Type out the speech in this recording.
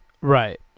Right